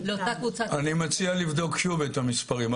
לאותה קבוצת --- אני מציע לבדוק שוב את המספרים.